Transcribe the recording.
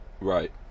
Right